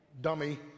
dummy